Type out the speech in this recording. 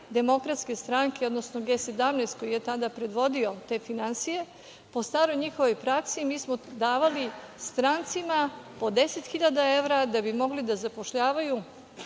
praksi DS, odnosno G 17, koji je tada predvodio te finansije, po staroj njihovoj praksi mi smo davali strancima po 10.000 evra da bi mogli da zapošljavaju